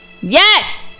Yes